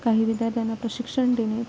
काही विद्यार्थ्यांना प्रशिक्षण देणे